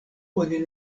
oni